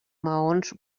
maons